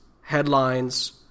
headlines